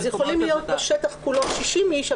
יכולים להיות בשטח כולו 60 איש,